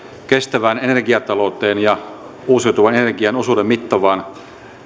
kestävään energiatalouteen ja uusiutuvan energian osuuden mittavaan